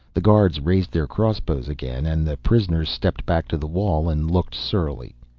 the guards raised their crossbows again, and the prisoners stepped back to the wall and looked surly.